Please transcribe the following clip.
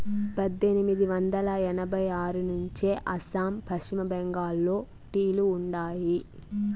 పద్దెనిమిది వందల ఎనభై ఆరు నుంచే అస్సాం, పశ్చిమ బెంగాల్లో టీ లు ఉండాయి